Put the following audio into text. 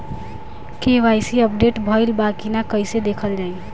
KYC update भइल बा कि ना कइसे देखल जाइ?